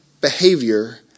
behavior